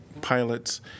pilots